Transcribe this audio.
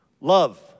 love